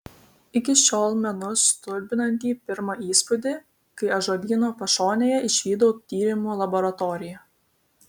iki šiol menu stulbinantį pirmą įspūdį kai ąžuolyno pašonėje išvydau tyrimų laboratoriją